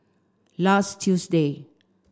last Tuesday